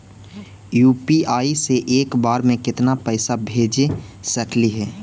UPI से एक बार मे केतना पैसा भेज सकली हे?